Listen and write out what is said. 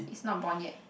he's not born yet